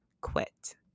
quit